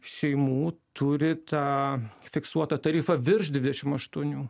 šeimų turi tą fiksuotą tarifą virš dvidešim aštuonių